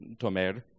Tomer